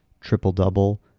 triple-double